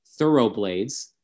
Thoroughblades